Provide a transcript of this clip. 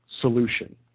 solution